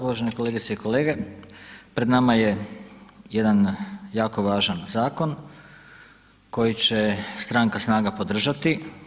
Uvažene kolegice i kolege, pred nama je jedan jako važan zakon koji će stranka SNAGA podržati.